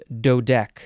dodec